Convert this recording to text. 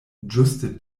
ĝuste